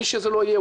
מי שזה לא יהיה,